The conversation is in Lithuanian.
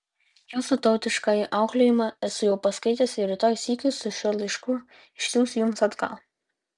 jūsų tautiškąjį auklėjimą esu jau paskaitęs ir rytoj sykiu su šiuo laišku išsiųsiu jums atgal